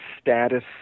status